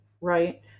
right